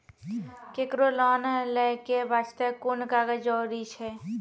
केकरो लोन लै के बास्ते कुन कागज जरूरी छै?